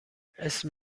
اسم